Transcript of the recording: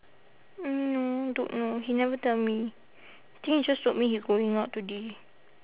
mm don't know he never tell me think he just told me he going out today